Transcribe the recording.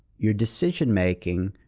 your decision-making